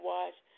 Watch